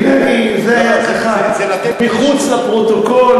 הנה, מחוץ לפרוטוקול,